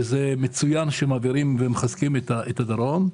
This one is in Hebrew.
וזה מצוין שמעבירים ומחזקים את הדרום,